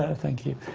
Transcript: ah thank you.